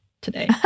today